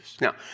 Now